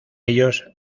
ellos